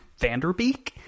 vanderbeek